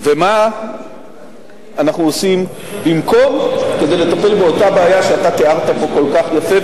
ומה אנחנו עושים במקום כדי לטפל באותה בעיה שאתה תיארת פה כל כך יפה,